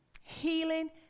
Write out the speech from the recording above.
Healing